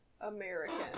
American